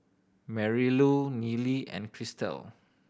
Marylou Neely and Christel